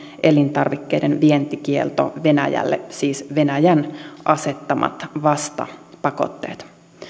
elintarvikkeiden vientikielto venäjälle siis venäjän asettamat vastapakotteet